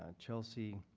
ah chelsea